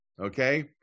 Okay